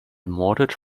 mortgage